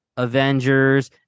Avengers